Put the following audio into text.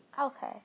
Okay